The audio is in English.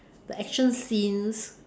the action scenes